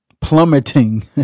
plummeting